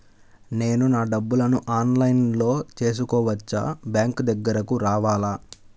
నేను నా డబ్బులను ఆన్లైన్లో చేసుకోవచ్చా? బ్యాంక్ దగ్గరకు రావాలా?